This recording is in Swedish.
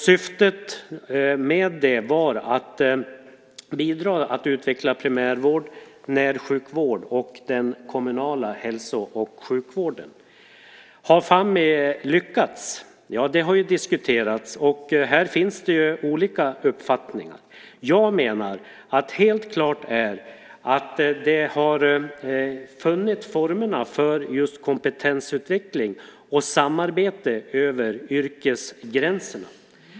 Syftet med det var att bidra till att utveckla primärvården, närsjukvården och den kommunala hälso och sjukvården. Har Fammi lyckats? Ja, det har diskuterats. Här finns det olika uppfattningar. Helt klart är, menar jag, att det har funnit formerna för just kompetensutveckling och samarbete över yrkesgränserna.